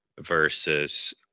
versus